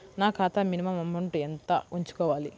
నా ఖాతా minimum amount ఎంత ఉంచుకోవాలి?